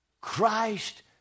Christ